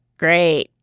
great